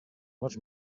much